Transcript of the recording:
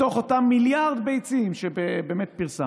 מתוך אותם מיליארד ביצים שפרסמנו,